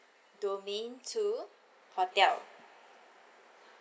domain two hotel